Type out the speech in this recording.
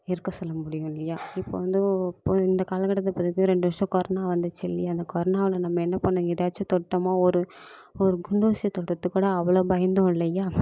இருக்க சொல்ல முடியும் இல்லையா இப்போ வந்து இப்போ இந்த காலக்கட்டத்தை பொறுத்த வரைக்கும் ரெண்டு வருஷம் கொரனா வந்துச்சு இல்லையா அந்த கொரனாவில் நம்ம என்ன பண்ணோம் எதாச்சும் தொட்டோமா ஒரு ஒரு குண்டூசி தொடுறத்துக்குக் கூட அவ்வளோ பயந்தோம் இல்லையா